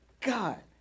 God